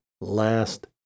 last